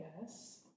Yes